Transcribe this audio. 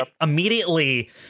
immediately